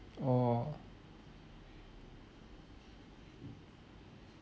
oh